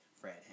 Fred